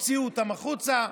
הוציאו אותם החוצה,